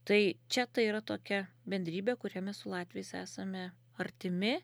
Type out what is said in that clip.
tai čia tai yra tokia bendrybė kuria mes su latviais esame artimi